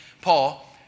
Paul